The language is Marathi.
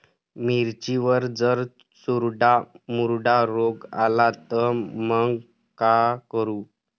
मिर्चीवर जर चुर्डा मुर्डा रोग आला त मंग का करू?